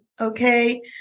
Okay